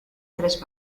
tres